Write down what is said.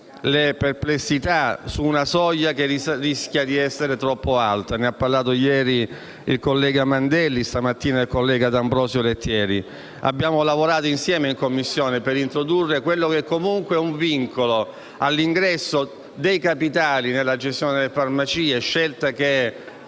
le perplessità su una soglia che rischia di essere troppo alta. Ne hanno parlato ieri il collega Mandelli e stamattina il collega D'Ambrosio Lettieri. Abbiamo lavorato insieme in Commissione per introdurre quello che comunque è un vincolo all'ingresso dei capitali nella gestione delle farmacie, scelta che